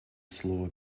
слово